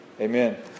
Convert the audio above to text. Amen